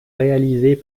réalisés